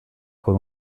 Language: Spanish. con